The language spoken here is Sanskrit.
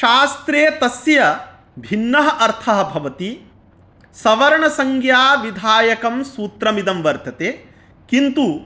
शास्त्रे तस्य भिन्नः अर्थः भवति सवर्णसंज्ञाविधायकं सूत्रमिदं वर्तते किन्तु